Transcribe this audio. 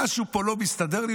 משהו פה לא מסתדר לי.